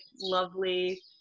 lovely